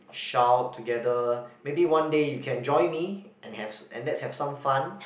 shout together maybe one day you can join me and have and let's have some fun